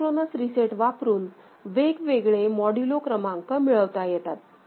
asynchronous reset वापरून वेगवेगळे modulo क्रमांक मिळवता येतात